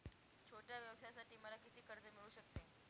छोट्या व्यवसायासाठी मला किती कर्ज मिळू शकते?